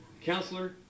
Counselor